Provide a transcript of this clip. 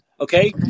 okay